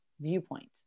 viewpoint